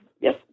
Yes